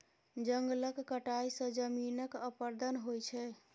जंगलक कटाई सँ जमीनक अपरदन होइ छै